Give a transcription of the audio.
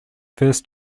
first